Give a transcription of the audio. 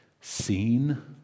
seen